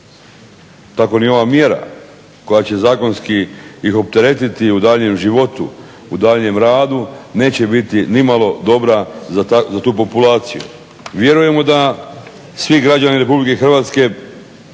tako ni ova mjera koja će zakonski ih opteretiti u daljnjem životu, u daljnjem radu neće biti ni malo dobra za tu populaciju. Vjerujemo da svi građani Republike Hrvatske